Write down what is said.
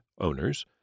owners